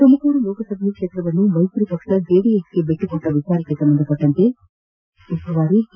ತುಮಕೂರು ಲೋಕಸಭಾ ಕ್ಷೇತ್ರವನ್ನು ಮೈತ್ರಿ ಪಕ್ಷ ಜೆಡಿಎಸ್ಗೆ ಬಿಟ್ಟುಕೊಟ್ಟ ವಿಷಯಕ್ಕೆ ಸಂಬಂಧಿಸಿದಂತೆ ರಾಜ್ಯದಲ್ಲಿನ ಕಾಂಗ್ರೆಸ್ ಉಸ್ತುವಾರಿ ಕೆ